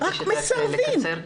רק מסרבים.